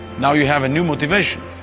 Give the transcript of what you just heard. now you have a new motivation.